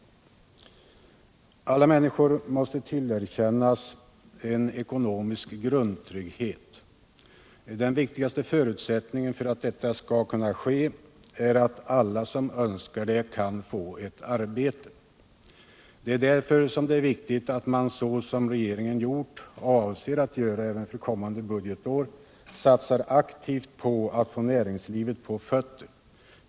Alla människor måste tillerkännas en ekonomisk grundtrygghet. Den viktigaste förutsättningen för att detta skall kunna ske är att alla som önskar det kan få ett arbete. Därför är det viktigt att som regeringen gjort, och även avser att göra kommande budgetår, satsa aktivt på att få näringslivet på fötter.